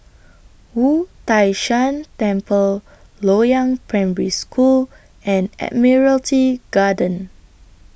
Wu Tai Shan Temple Loyang Primary School and Admiralty Garden